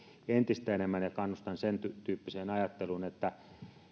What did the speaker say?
entistä enemmän ja kannustan sentyyppiseen ajatteluun että